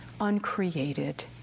uncreated